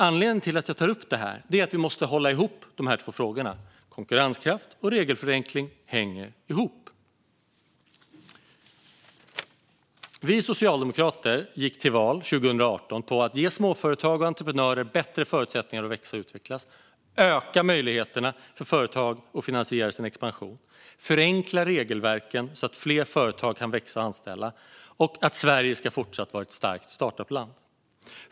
Anledningen till att jag tar upp det är att vi måste hålla ihop de två frågorna. Konkurrenskraft och regelförenkling hänger ihop. Vi socialdemokrater gick 2018 till val på att man skulle ge småföretag och entreprenörer bättre förutsättningar att växa och utvecklas, att man skulle öka möjligheterna för företag att finansiera sin expansion, att man skulle förenkla regelverken så att fler företag skulle kunna växa och anställa och att Sverige fortsatt skulle vara ett starkt startup-land.